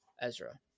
Ezra